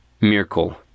Miracle